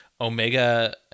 Omega